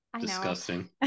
Disgusting